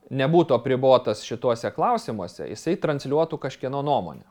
nebūtų apribotas šituose klausimuose jisai transliuotų kažkieno nuomonę